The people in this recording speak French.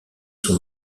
son